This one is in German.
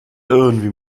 irgendwie